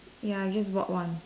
ya I just bought one